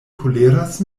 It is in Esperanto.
koleras